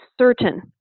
certain